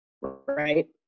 right